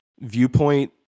viewpoint